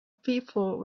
people